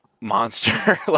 monster